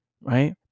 right